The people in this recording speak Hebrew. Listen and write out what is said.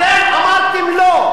אתם אמרתם לא.